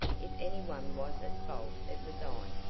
if any one was at fault it was i.